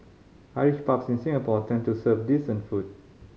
Irish pubs in Singapore tend to serve decent food